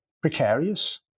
precarious